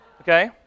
okay